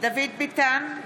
דוד ביטן,